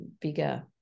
bigger